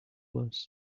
was